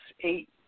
eight